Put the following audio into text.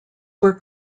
were